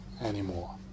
anymore